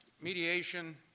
mediation